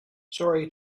sorry